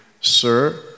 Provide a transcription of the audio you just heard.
Sir